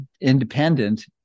independent